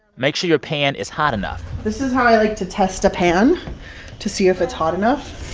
make sure your pan is hot enough this is how i like to test a pan to see if it's hot enough.